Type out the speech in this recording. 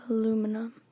Aluminum